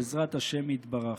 בעזרת ה' יתברך.